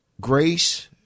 grace